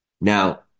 Now